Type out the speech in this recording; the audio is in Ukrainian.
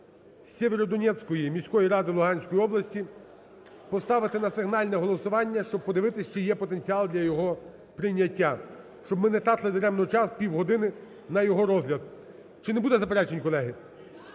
Сєвєродонецької міської ради Луганської області поставити на сигнальне голосування, щоб подивитись, чи є потенціал для його прийняття, щоб ми не тратили даремно час, півгодини, на його розгляд. Чи не буде заперечень, колеги?